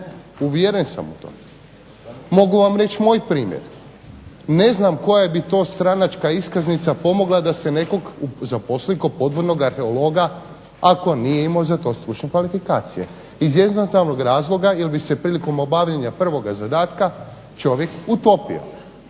uvjeren sam u to. Mogu vam reći moj primjer. Ne znam koja bi to stranačka iskaznica pomogla da se nekoga zaposli kao podvodnog arheologa ako nije imao za to stručne kvalifikacije, iz jednostavnog razloga jer bi se prilikom obavljanja prvoga zadatka čovjek utopio